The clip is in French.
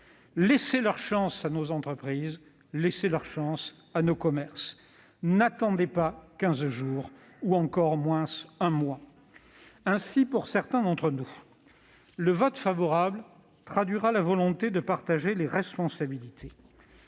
Laissez leurs chances à nos entreprises, à nos commerces. N'attendez pas quinze jours ou encore moins un mois ! Ainsi, pour certains d'entre nous, le vote favorable traduira la volonté de partager les responsabilités.